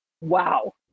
Wow